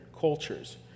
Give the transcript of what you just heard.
cultures